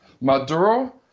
Maduro